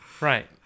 Right